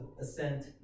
Ascent